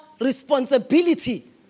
responsibility